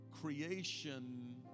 creation